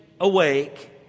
awake